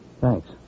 Thanks